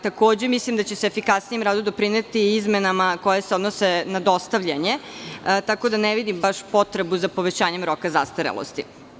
Takođe mislim da će se efikasnijem radu doprineti izmena koje se odnose na dostavljanje, tako da ne vidim potrebu za povećanjem roka zastarelosti.